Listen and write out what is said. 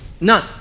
None